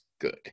good